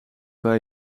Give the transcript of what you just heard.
kan